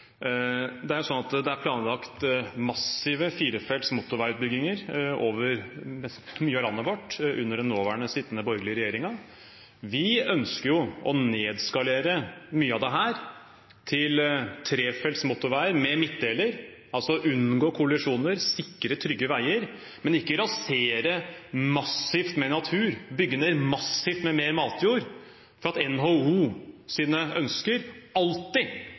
Det er sånn at det er planlagt massive firefelts motorveiutbygginger over mye av landet vårt under den sittende borgerlige regjeringen. Vi ønsker å nedskalere mye av dette til trefelts motorveier med midtdeler, altså unngå kollisjoner og sikre trygge veier, men ikke rasere naturen massivt og bygge ned mer matjord massivt for at NHOs ønsker alltid